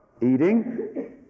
Eating